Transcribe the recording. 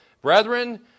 brethren